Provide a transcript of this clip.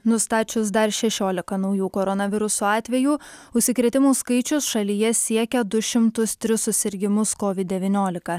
nustačius dar šešiolika naujų koronaviruso atvejų užsikrėtimų skaičius šalyje siekia du šimtus tris susirgimus kovid devyniolika